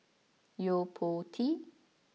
Yo Po Tee